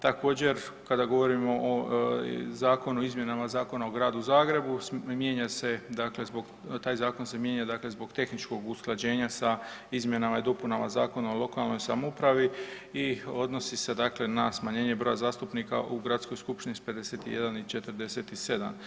Također kada govorimo o zakonu o izmjenama Zakona o Gradu Zagrebu taj zakon se mijenja zbog tehničkog usklađenja sa izmjenama i dopunama Zakona o lokalnoj samoupravi i odnosi se na smanjenje broja zastupnika u Gradskoj skupštini s 51 na 47.